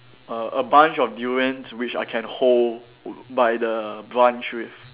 a a bunch of durians which I can hold by the branch with